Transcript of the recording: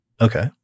Okay